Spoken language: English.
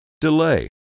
Delay